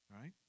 Right